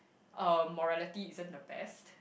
uh morality isn't the best